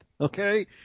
okay